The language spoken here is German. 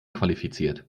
qualifiziert